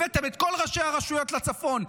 הבאתם את כל ראשי הרשויות לצפון,